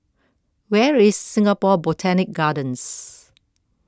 where is Singapore Botanic Gardens